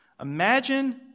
Imagine